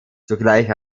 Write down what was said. zugleich